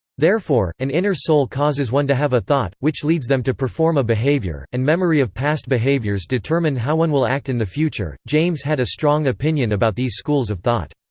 therefore, an inner soul causes one to have a thought, which leads them to perform a behavior, and memory of past behaviors determine how one will act in the future james had a strong opinion about these schools of thought.